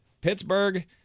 Pittsburgh